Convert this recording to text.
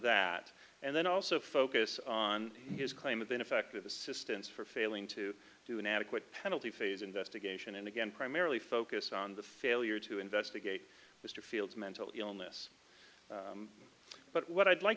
that and then also focus on his claim of ineffective assistance for failing to do an adequate penalty phase investigation and again primarily focus on the failure to investigate mr fields mental illness but what i'd like